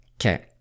Okay